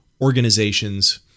organizations